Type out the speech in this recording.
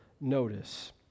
notice